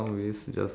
hmm hmm